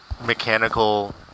mechanical